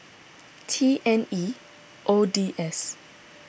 T N E O D S